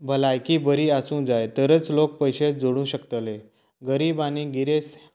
भलायकी बरी आसूंक जाय तरच लोक पयशे जोडूंक शकतले गरीब आनी गिरेस्त